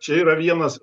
čia yra vienas